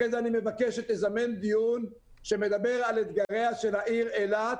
אחרי זה אני מבקש שתזמן דיון שמדבר על אתגריה של העיר אילת,